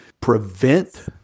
prevent